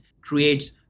creates